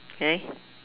okay